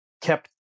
kept